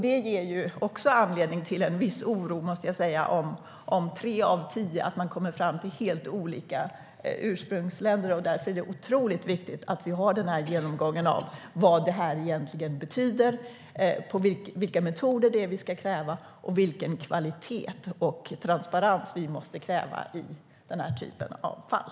Det ger också anledning till en viss oro om man i tre av tio fall kommer fram till helt olika ursprungsländer. Därför är det otroligt viktigt att man går igenom vad detta egentligen betyder, vilka metoder, vilken kvalitet och transparens som kan krävas i den här typen av fall.